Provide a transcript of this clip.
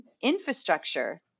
infrastructure